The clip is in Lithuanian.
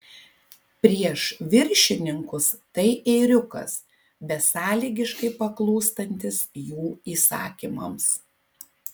prieš viršininkus tai ėriukas besąlygiškai paklūstantis jų įsakymams